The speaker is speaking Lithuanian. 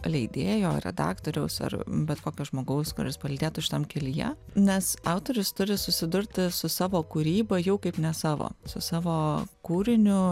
leidėjo redaktoriaus ar bet kokio žmogaus kuris palydėtų šitam kelyje nes autorius turi susidurti su savo kūryba jau kaip ne savo su savo kūriniu